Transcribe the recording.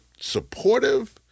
supportive